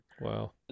Wow